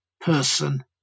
person